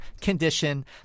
condition